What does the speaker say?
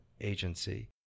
agency